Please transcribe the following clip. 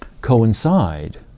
coincide